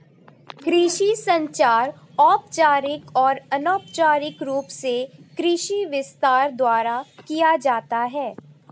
कृषि संचार औपचारिक और अनौपचारिक रूप से कृषि विस्तार द्वारा किया जाता है